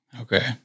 Okay